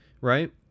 right